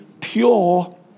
pure